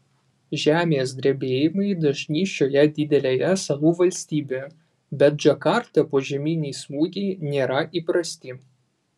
žemės drebėjimai dažni šioje didelėje salų valstybėje bet džakartą požeminiai smūgiai nėra įprasti